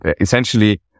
essentially